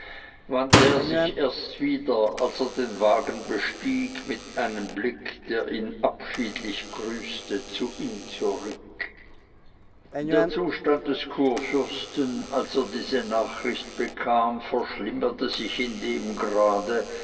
wandte er sich erst wieder als er den wagen bestieg mit einem blick der ihn abschiedlich grüßte zu ihm zurück der zustand des kurfürsten als er diese nachricht bekam verschlimmerte sich in dem grade